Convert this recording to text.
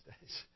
days